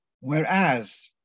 Whereas